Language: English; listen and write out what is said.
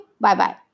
Bye-bye